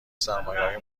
سرمایههای